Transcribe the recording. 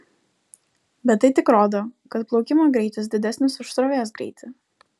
bet tai tik rodo kad plaukimo greitis didesnis už srovės greitį